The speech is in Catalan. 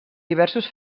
diversos